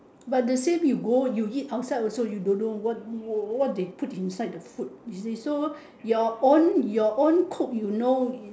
but to say you go you eat outside you also don't know what what they put inside the food you see so your own your own cook you know